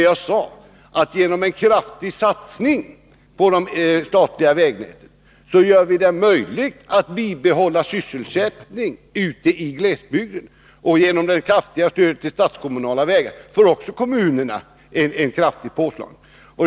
Jag sade att genom en kraftig satsning på det statliga vägnätet gör vi det möjligt att bibehålla sysselsättning ute i glesbygden, och genom ökningen av anslaget till statskommunala vägar får också kommunerna ett kraftigt påslag.